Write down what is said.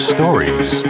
Stories